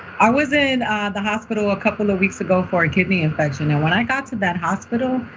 i was in the hospital a couple of weeks ago for a kidney infection. and when i got to that hospital,